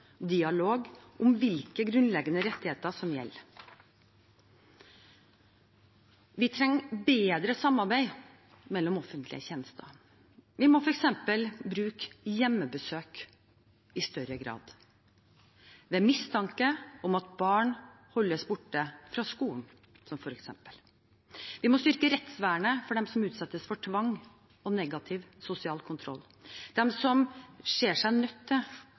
dialog om hvilke grunnleggende rettigheter som gjelder. Vi trenger bedre samarbeid mellom offentlige tjenester. Vi må f.eks. bruke hjemmebesøk i større grad ved mistanke om at barn holdes borte fra skolen. Vi må styrke rettsvernet for dem som utsettes for tvang og negativ sosial kontroll. De som ser seg nødt til